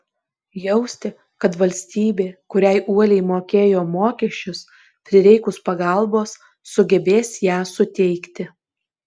jausti kad valstybė kuriai uoliai mokėjo mokesčius prireikus pagalbos sugebės ją suteikti